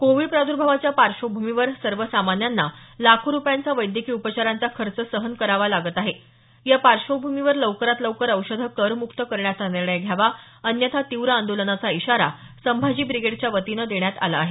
Covid प्रादर्भावाच्या पार्श्वभूमीवर सर्वसामान्यांना लाखो रुपयांचा वैद्यकीय उपचारांचा खर्च सहन करावा लागत आहे या पार्श्वभूमीवर लवकरात लवकर औषधं करमुक्त करण्याचा निर्णय घ्यावा अन्यथा तीव्र आंदोलनाचा इशारा संभाजी ब्रिगेडच्या वतीनं देण्यात आला आहे